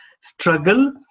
struggle